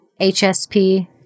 HSP